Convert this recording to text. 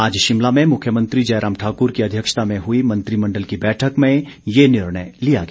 आज शिमला में मुख्यमंत्री जयराम ठाकुर की अध्यक्षता में हुई मंत्रिमंडल की बैठक में ये निर्णय लिया गया